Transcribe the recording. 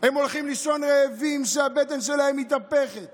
שהם הולכים לישון רעבים כשהבטן שלהם מתהפכת